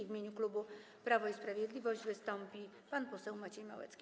W imieniu klubu Prawo i Sprawiedliwość wystąpi pan poseł Maciej Małecki.